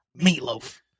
meatloaf